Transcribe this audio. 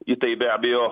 į tai be abejo